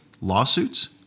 lawsuits